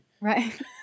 Right